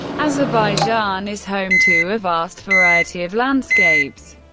azerbaijan is home to a vast variety of landscapes.